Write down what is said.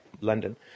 London